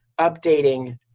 updating